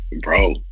Bro